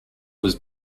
was